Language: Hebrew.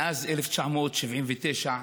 מאז 1979,